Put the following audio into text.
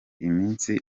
iminsi